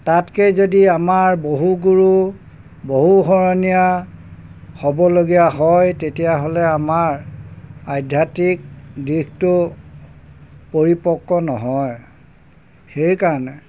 তাতকৈ যদি আমাৰ বহুগুৰু বহু সৰণীয়া হ'বলগীয়া হয় তেতিয়াহ'লে আমাৰ আধ্যাত্মিক দিশটো পৰিপক্ক নহয় সেইকাৰণে